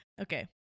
okay